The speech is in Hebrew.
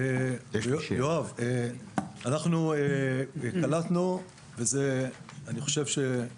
יואב, אנחנו קלטנו, אני חושב שזה